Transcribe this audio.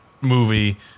movie